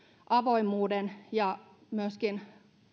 avoimuuden ja myöskin